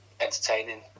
entertaining